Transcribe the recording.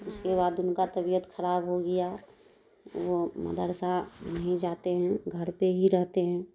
اس کے بعد ان کا طبیعت خراب ہو گیا وہ مدرسہ نہیں جاتے ہیں گھر پہ ہی رہتے ہیں